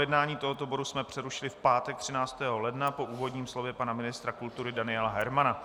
Projednávání tohoto bodu jsme přerušili v pátek 13. ledna po úvodním slově pana ministra kultury Daniela Hermana.